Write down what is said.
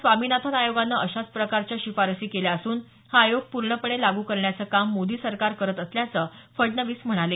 स्वामिनाथन आयोगानं अशाच प्रकारच्या शिफारसी केलेल्या असून हा आयोग पूर्णपणे लागू करण्याचं काम मोदी सरकार करत असल्याचं फडणवीस म्हणाले